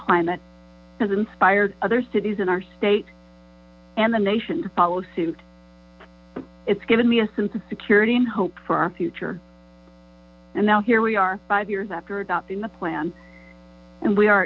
inspired other cities in our state and the nation to follow suit it's given me a sense of security and hope for our future and now here we are five years after adopting the plan and we are